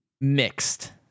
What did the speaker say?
mixed